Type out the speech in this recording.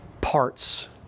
parts